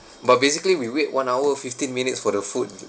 but basically we wait one hour fifteen minutes for the food